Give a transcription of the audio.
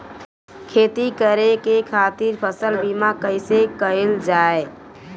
खेती करे के खातीर फसल बीमा कईसे कइल जाए?